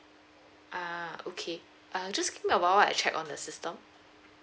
ah okay uh just give me a while ah I check on the system